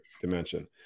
dimension